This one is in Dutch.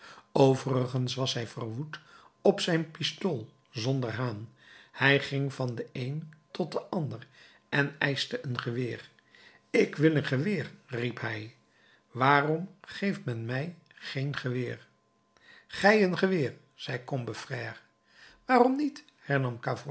overigens was hij verwoed op zijn pistool zonder haan hij ging van den een tot den ander en eischte een geweer ik wil een geweer riep hij waarom geeft men mij geen geweer gij een geweer zei combeferre waarom niet hernam